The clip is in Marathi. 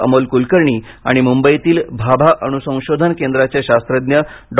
अमोल कुलकर्णी आणि मुंबईतील भाभा अणू संशोधन केंद्राचे शास्त्रज्ञ डॉ